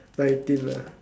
like in